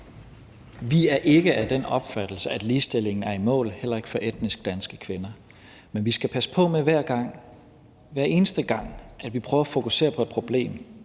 Vi er ikke af den opfattelse, at ligestillingen er i mål, heller ikke for etnisk danske kvinder, men vi skal passe på med, hvad der sker, hver eneste gang vi prøver at fokusere på et problem,